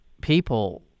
people